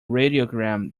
radiogram